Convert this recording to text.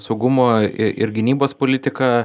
saugumo ir ir gynybos politika